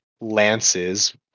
lances